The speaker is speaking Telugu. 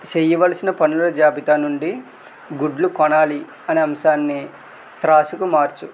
చేయవలసిన పనుల జాబితా నుండి గుడ్లు కొనాలి అనే అంశాన్ని ట్రాష్కు మార్చు